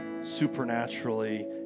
supernaturally